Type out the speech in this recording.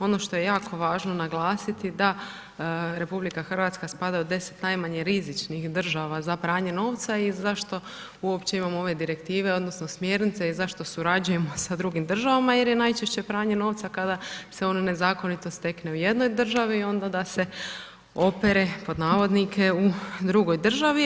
Ono što je jako važno naglasiti da Republika Hrvatska spada u 10 najmanje rizičnih država za pranje novca i zašto uopće imamo ove direktive odnosno smjernice i zašto surađujemo sa drugim državama, jer je najčešće pranje novca kada se on nezakonito stekne u jednoj državi i onda da se opere pod navodnike u drugoj državi.